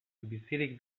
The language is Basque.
bizirik